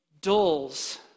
dulls